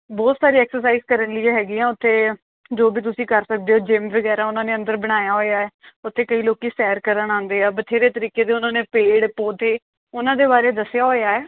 ਬਹੁਤ ਸਾਰੇ ਐਕਸਰਸਾਈਜ਼ ਕਰਨ ਲਈ ਹੈਗੀ ਆ ਉੱਥੇ ਜੋ ਵੀ ਤੁਸੀਂ ਕਰ ਸਕਦੇ ਹੋ ਜਿੰਮ ਵਗੈਰਾ ਉਹਨਾਂ ਨੇ ਅੰਦਰ ਬਣਾਇਆ ਹੋਇਆ ਉੱਥੇ ਕਈ ਲੋਕ ਸੈਰ ਕਰਨ ਆਉਂਦੇ ਆ ਬਥੇਰੇ ਤਰੀਕੇ ਦੇ ਉਹਨਾਂ ਨੇ ਪੇੜ ਪੌਦੇ ਉਹਨਾਂ ਦੇ ਬਾਰੇ ਦੱਸਿਆ ਹੋਇਆ ਹੈ